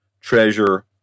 treasure